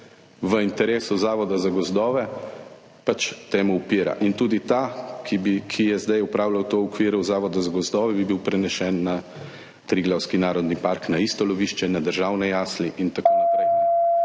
v interesu Zavoda za gozdove pač temu upira in tudi ta, ki je zdaj upravljal to v okviru Zavoda za gozdove, bi bil prenesen na Triglavski narodni park, na isto lovišče, na državne jasli in tako naprej.